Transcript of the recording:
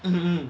mm mm